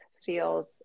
Feels